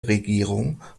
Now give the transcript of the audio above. regierung